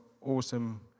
awesome